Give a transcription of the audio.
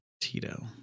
Tito